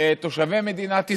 תושבי מדינת ישראל,